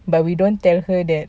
but we don't tell her that